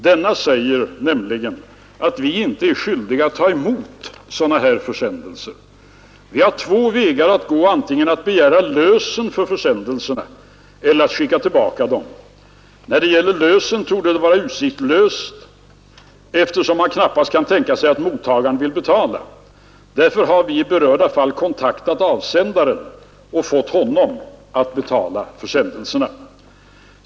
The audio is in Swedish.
Denna säger nämligen att vi inte är skyldiga att ta emot sådana här försändelser. Vi har två vägar att gå: antingen att begära lösen för försändelserna eller att skicka tillbaka dem. När det gäller lösen torde det vara utsiktslöst eftersom man knappast kan tänka sig att mottagaren vill betala. Därför har vi i berörda fall kontaktat avsändaren och fått honom att betala portot.